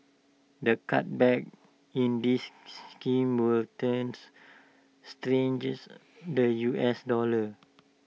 the cutback in this scheme will thus strengthens the U S dollar